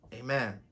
Amen